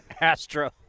Astro